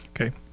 Okay